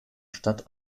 stadt